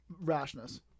Rashness